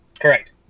Correct